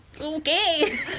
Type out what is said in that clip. Okay